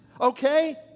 okay